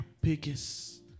biggest